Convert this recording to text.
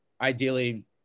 ideally